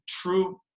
true